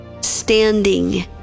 standing